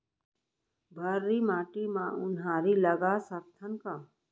भर्री माटी म उनहारी लगा सकथन का?